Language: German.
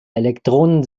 elektronen